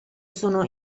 sono